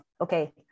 Okay